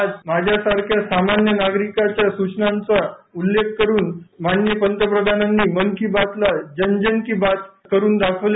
आज माझ्या सारख्या सामान्य नागरिकाच्या सूचनांचा उल्लेख करुन माननीय पंतप्रधानांनी मन की बात ला जन जन की बात करुन दाखवले